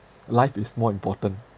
life is more important